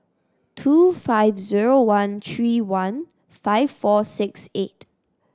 two five zero one three one five four six eight